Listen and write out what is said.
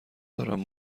دارم